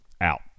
out